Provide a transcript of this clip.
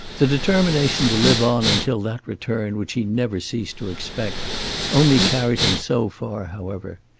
the determination to live on until that return which he never ceased to expect only carried him so far, however.